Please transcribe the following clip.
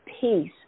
peace